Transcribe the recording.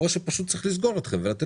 והם גם פחות מכירים את הכלים